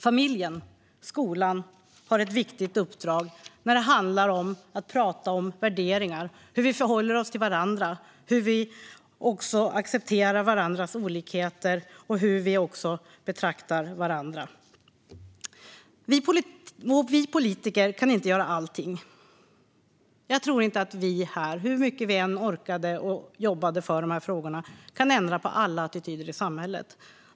Familjen och skolan har ett viktigt uppdrag när det gäller att prata om värderingar - hur vi förhåller oss till varandra, hur vi accepterar varandras olikheter och hur vi betraktar varandra. Vi politiker kan inte göra allting. Jag tror inte att vi här, hur mycket vi än skulle orka jobba för de här frågorna, kan ändra på alla attityder i samhället.